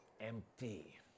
empty